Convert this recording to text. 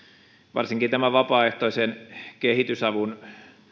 varsinkin tämä vapaaehtoisen kehitysavun